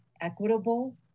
equitable